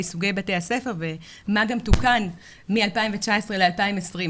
סוגי בתי הספר ומה גם תוקן מ-2019 ל-2020.